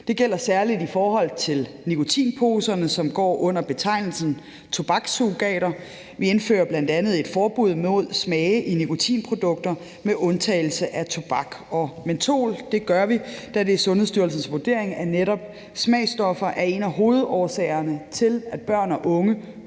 Det gælder særlig i forhold til nikotinposerne, som går under betegnelsen tobakssurrogater. Vi indfører bl.a. et forbud imod smage i nikotinprodukter med undtagelse af tobak og mentol. Det gør vi, da det er Sundhedsstyrelsens vurdering, at netop smagsstoffer er en af hovedårsagerne til, at børn og unge